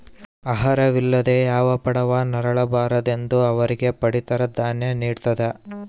ಆಹಾರ ವಿಲ್ಲದೆ ಯಾವ ಬಡವ ನರಳ ಬಾರದೆಂದು ಅವರಿಗೆ ಪಡಿತರ ದಾನ್ಯ ನಿಡ್ತದ